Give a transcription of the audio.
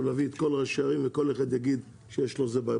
להביא את כל ראשי הערים ושכל אחד יגיד שיש לו איזו בעיה.